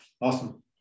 awesome